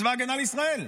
זה צבא הגנה לישראל,